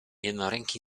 jednoręki